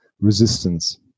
resistance